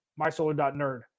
MySolar.Nerd